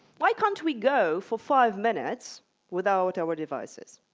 why can't we go for five minutes without our devices?